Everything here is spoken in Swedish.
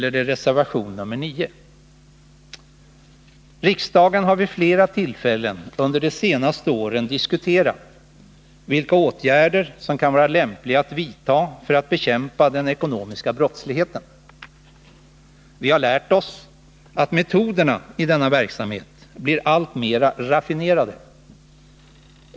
Riksdagen har vid flera tillfällen under de senaste åren diskuterat vilka åtgärder som kan vara lämpliga att vidta för att bekämpa den ekonomiska brottsligheten. Vi har lärt oss att metoderna i denna verksamhet blir alltmera raffinerade.